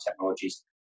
technologies